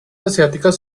asiáticas